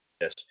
Yes